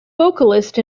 vocalist